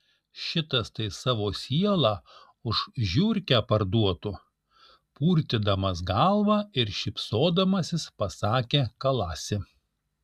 šitas tai savo sielą už žiurkę parduotų purtydamas galvą ir šypsodamasis pasakė kalasi